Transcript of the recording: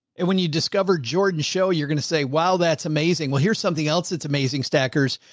and when you discover jordan show, you're going to say, wow, that's amazing. well, here's something else. that's amazing stackers.